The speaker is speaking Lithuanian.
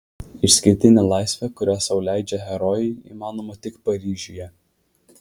išskirtinė laisvė kurią sau leidžia herojai įmanoma tik paryžiuje